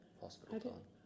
hospital